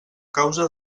causa